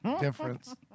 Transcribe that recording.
Difference